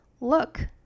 look